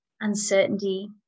uncertainty